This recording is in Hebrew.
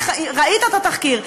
ראית את התחקיר.